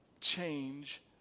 change